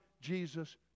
jesus